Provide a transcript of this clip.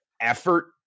effort